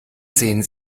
sehen